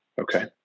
okay